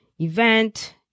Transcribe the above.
event